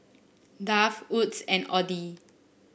Dove Wood's and Audi